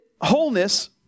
wholeness